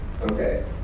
Okay